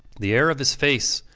the hair of his face,